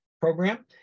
program